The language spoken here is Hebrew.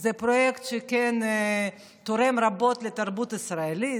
זה פרויקט שכן תורם רבות לתרבות הישראלית.